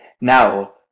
Now